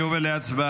אני עובר להצבעה.